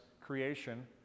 creation